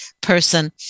person